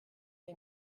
les